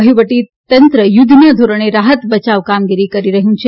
વહીવટીતંત્ર યુધ્ધના ધોરણે રાહત બયાવ કામગીરી કરી રહી છે